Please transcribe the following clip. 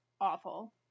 awful